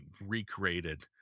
recreated